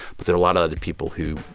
but there are a lot of other people who,